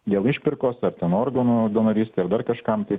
dėl išpirkos ar ten organų donorystei ar dar kažkam tai